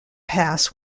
pass